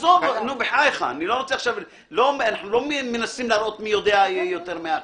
אנחנו לא מנסים להראות מי יודע יותר מהאחר.